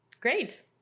Great